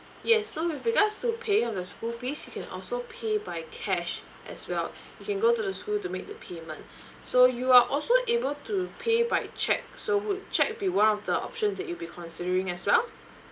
yes so with regards to paying of the school fees you can also pay by cash as well you can go to the school to make the payment so you are also able to pay by cheque so cheque will be one of the option that you'll be considering as well